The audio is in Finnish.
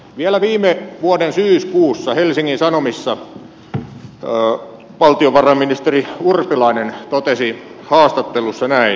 vielä viime vuoden syyskuussa helsingin sanomissa valtiovarainministeri urpilainen totesi haastattelussa näin